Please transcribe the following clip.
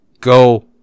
go